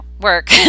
work